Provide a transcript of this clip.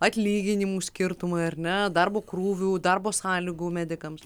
atlyginimų skirtumai ar ne darbo krūvių darbo sąlygų medikams